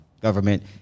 government